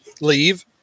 leave